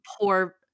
poor